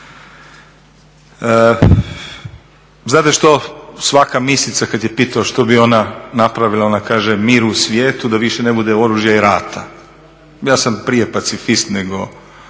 Znate što, svaka misica kada je pitana što bi ona napravila, ona kaže mir u svijetu da više ne bude oružja i rata. Ja sam prije pacifist nego,